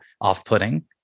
off-putting